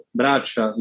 braccia